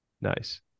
Nice